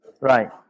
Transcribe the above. right